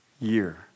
year